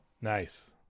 nice